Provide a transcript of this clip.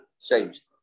changed